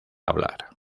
hablar